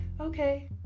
Okay